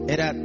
Era